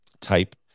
type